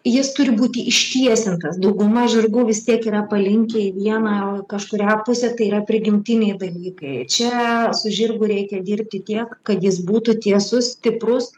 jis turi būti ištiesintas dauguma žirgų vis tiek yra palinkę į vieną kažkurią pusę tai yra prigimtiniai dalykai čia su žirgu reikia dirbti tiek kad jis būtų tiesus stiprus